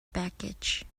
baggage